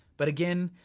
but again,